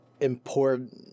important